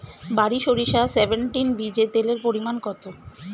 বারি সরিষা সেভেনটিন বীজে তেলের পরিমাণ কত?